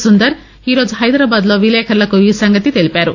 సుందర్ ఈరోజు హైదరాబాద్లో విలేఖర్లకు ఈ సంగతి తెలిపారు